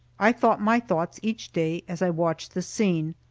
i thought my thoughts each day, as i watched the scene,